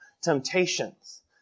temptations